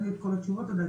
אין לי את כל התשובות עדיין,